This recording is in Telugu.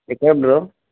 ఎక్కడ బ్రో